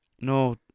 no